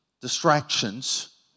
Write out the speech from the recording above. distractions